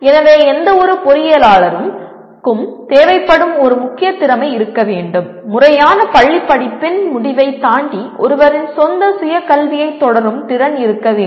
எனவே எந்தவொரு பொறியியலாளருக்கும் தேவைப்படும் ஒரு முக்கிய திறமை இருக்க வேண்டும் முறையான பள்ளிப்படிப்பின் முடிவைத் தாண்டி ஒருவரின் சொந்த சுய கல்வியைத் தொடரும் திறன் இருக்க வேண்டும்